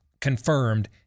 confirmed